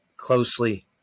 closely